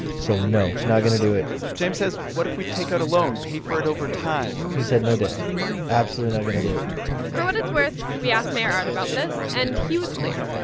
so no, not going to do it james says, what if we take out a loan, pay for it over time? he said no debt absolutely not going to do it for what it's worth, we asked mayor art about this, and he was clear.